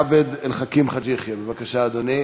חבר הכנסת עבד אל חכים חאג' יחיא, בבקשה, אדוני.